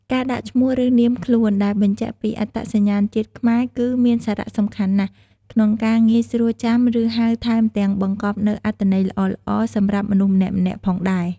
ការដាក់ឈ្មោះឬនាមខ្លួន ដែលបញ្ជាក់ពីអត្តសញ្ញាណជាតិខ្មែរគឺមានសារៈសំខាន់ណាស់ ក្នុងការងាយស្រួលចាំឫហៅ ថែមទាំងបង្កប់នូវអត្តន័យល្អៗសម្រាប់មនុស្សម្នាក់ៗផងដែរ។